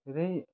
धेरै